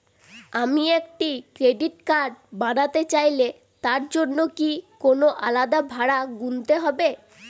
আমি একটি credit card বানাতে চাইলে তার জন্য কি কোনো আলাদা ভাড়া গুনতে হবে?